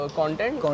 content